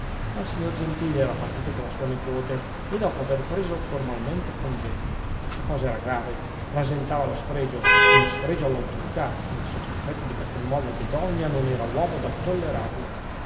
ma il signor gentili era partito con la sua nepote e dopo aver preso formalmente congedo la cosa era grave rasentava lo sfregio uno sfregio all'autorità il sottoprefetto di castelnuovo bedonia non era uomo da tollerarlo